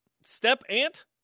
step-aunt